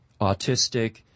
autistic